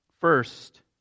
First